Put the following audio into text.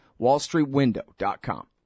Wallstreetwindow.com